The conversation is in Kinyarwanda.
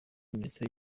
minisiteri